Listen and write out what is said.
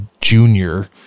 junior